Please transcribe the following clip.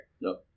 No